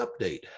update